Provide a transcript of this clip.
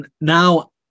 now